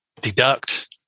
deduct